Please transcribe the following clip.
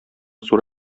зур